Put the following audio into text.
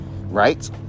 Right